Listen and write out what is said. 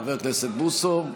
חבר הכנסת בוסו,